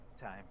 time